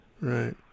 right